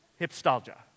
Hipstalgia